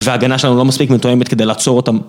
וההגנה שלנו לא מספיק מתואמת כדי לעצור אותם